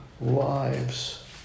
lives